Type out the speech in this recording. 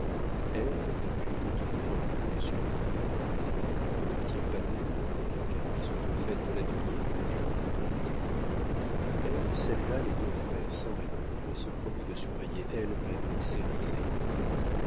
ne put retenir un mouvement de surprise ne vaut-il pas mieux prendre quelqu'un qui soit au fait de l'atelier dit le gros cointet ève salua les deux frères sans répondre et se promit de surveiller elle-même